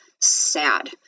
sad